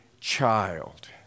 child